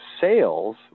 sales